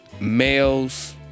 males